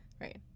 Right